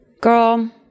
girl